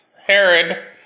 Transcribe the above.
Herod